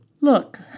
look